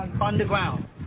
Underground